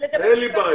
אין לי בעיה.